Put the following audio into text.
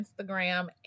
Instagram